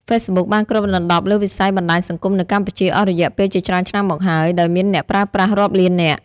ហ្វេសប៊ុកបានគ្របដណ្ដប់លើវិស័យបណ្តាញសង្គមនៅកម្ពុជាអស់រយៈពេលជាច្រើនឆ្នាំមកហើយ ដោយមានអ្នកប្រើប្រាស់រាប់លាននាក់។